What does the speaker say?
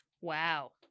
Wow